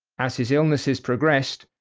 as his illnesses progressed,